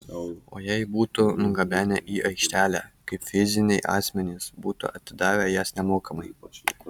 o jei būtų nugabenę į aikštelę kaip fiziniai asmenys būtų atidavę jas nemokamai